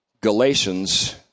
Galatians